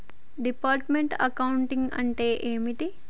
Departmental accounting అంటే ఏమిటి?